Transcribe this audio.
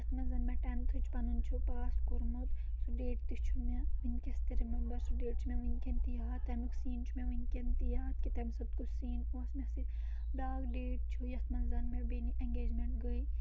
یَتھ منٛز زَن مےٚ ٹینتھٕچ پَنُن چھُ پاس کوٚرمُت سُہ ڈیٹ تہِ چھُ مےٚ وٕنکیٚس تہِ رمؠمبر سُہ ڈیٹ چھُ مےٚ وٕنکیٚن تہِ یاد تَمیُک سیٖن چھُ مےٚ وٕنکیٚن تہِ یاد کہِ تَمہِ سۭتۍ کُس سیٖن اوس مےٚ سۭتۍ بیاکھ ڈیٹ چھُ یَتھ منٛز زَن مےٚ بیٚنہِ اؠنگیجمینٹ گٔے